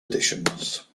additions